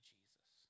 Jesus